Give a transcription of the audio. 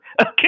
Okay